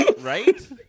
Right